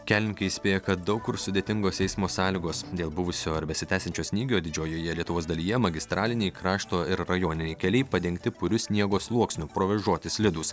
kelininkai įspėja kad daug kur sudėtingos eismo sąlygos dėl buvusio ar besitęsiančio snygio didžiojoje lietuvos dalyje magistraliniai krašto ir rajoniniai keliai padengti puriu sniego sluoksniu provėžoti slidūs